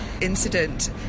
incident